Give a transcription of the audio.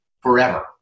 forever